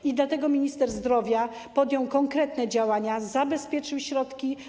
I dlatego minister zdrowia podjął konkretne działania, zabezpieczył środki.